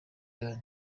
yanyu